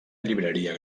llibreria